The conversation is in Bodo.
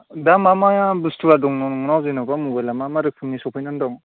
दा मा मा बुस्थुआ दङ नोंनाव जेनेबा मबाइला मा मा रोखोमनि सफैनानै दं